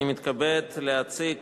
אני מתכבד להציג